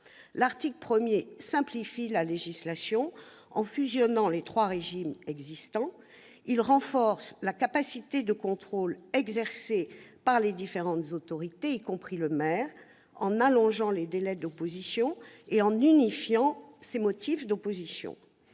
L'article 1 simplifie la législation, en fusionnant les trois régimes existants. Il renforce la capacité de contrôle exercée par les différentes autorités, y compris le maire, en allongeant les délais d'opposition et en unifiant les motifs d'opposition.